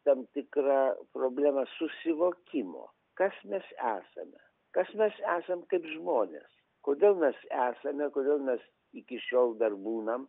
tam tikra problema susivokimo kas mes esame kas mes esam kaip žmonės kodėl mes esame kodėl mes iki šiol dar būnam